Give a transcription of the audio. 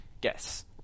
guess